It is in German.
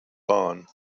bahn